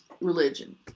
religion